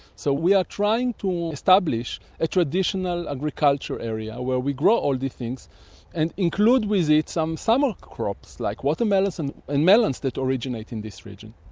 so we are trying to establish a traditional agricultural area where we grow all the things and include with it some summer crops like watermelons and and melons that originate in this region.